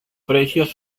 precios